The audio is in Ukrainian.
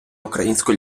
української